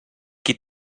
qui